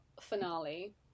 finale